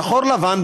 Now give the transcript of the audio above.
שחור-לבן.